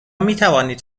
میتوانید